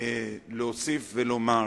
להוסיף ולומר: